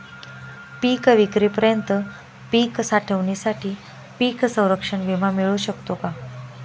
पिकविक्रीपर्यंत पीक साठवणीसाठी पीक संरक्षण विमा मिळू शकतो का?